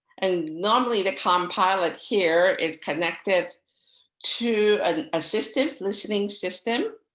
and normally the com pilot here is connected to assistive listening system.